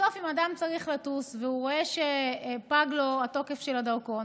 בסוף אם אדם צריך לטוס והוא רואה שפג לו התוקף של הדרכון